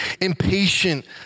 impatient